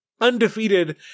undefeated